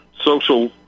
social